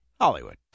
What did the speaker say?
hollywood